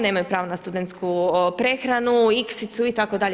Nemaju pravo na studentsku prehranu, iksicu itd.